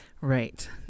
Right